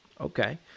Okay